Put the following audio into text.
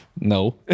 No